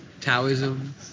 Taoism